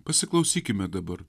pasiklausykime dabar